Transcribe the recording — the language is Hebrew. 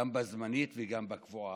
גם בזמנית וגם עכשיו בקבועה.